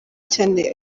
cyane